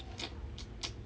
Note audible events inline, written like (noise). (noise)